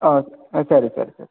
okay ಹಾಂ ಸರಿ ಸರಿ ಸರಿ